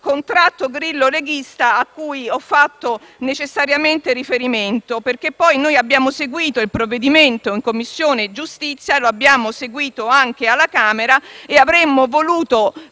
contratto Grillo-leghista al quale ho fatto necessariamente riferimento: noi infatti abbiamo seguito il provvedimento in Commissione giustizia, sia qui in Senato che alla Camera, e avremmo voluto